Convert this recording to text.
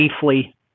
safely